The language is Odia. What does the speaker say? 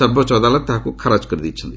ସର୍ବୋଚ୍ଚ ଅଦାଲତ ତାହାକୁ ଖାରଜ କରିଦେଇଛନ୍ତି